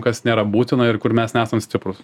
kas nėra būtina ir kur mes nesam stiprūs